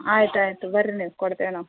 ಆಯ್ತು ಆಯಿತು ಬನ್ರಿ ನೀವು ಕೊಡ್ತೇವೆ ನಾವು